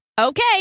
okay